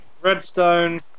Redstone